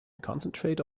concentrate